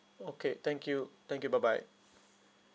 okay thank you thank you bye bye